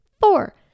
four